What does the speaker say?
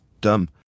dumb